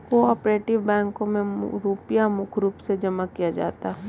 को आपरेटिव बैंकों मे रुपया मुख्य रूप से जमा किया जाता है